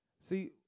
See